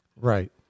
Right